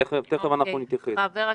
תיכף אנחנו נתייחס.